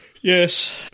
yes